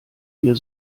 ihr